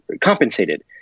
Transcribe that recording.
compensated